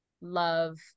love